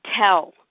tell